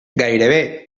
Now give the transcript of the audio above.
gairebé